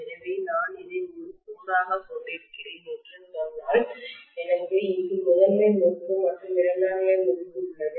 எனவே நான் இதை ஒரு கோராகக் கொண்டிருக்கிறேன் என்று சொன்னால் எனக்கு இங்கு முதன்மை முறுக்கு மற்றும் இரண்டாம் நிலை முறுக்கு உள்ளது